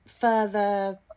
further